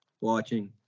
watching